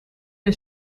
een